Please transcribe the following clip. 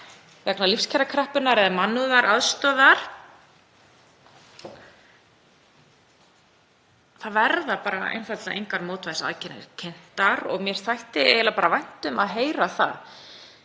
vegna lífskjarakreppunnar eða mannúðaraðstoðar. Það verða einfaldlega engar mótvægisaðgerðir kynntar og mér þætti eiginlega bara vænt um að heyra það.